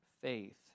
faith